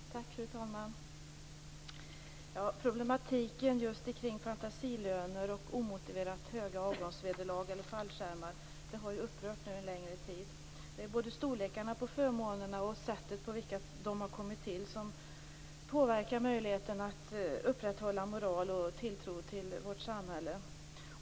Fru talman! Problematiken kring just fantasilöner och omotiverat höga avgångsvederlag eller fallskärmar har upprört under en längre tid. Det är både förmånernas storlek och sättet på vilket förmånerna kommit till som påverkar möjligheterna att upprätthålla moralen och tilltron till vårt samhälle.